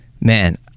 man